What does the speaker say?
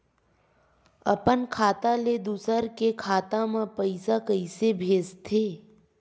अपन खाता ले दुसर के खाता मा पईसा कइसे भेजथे?